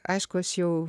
aišku aš jau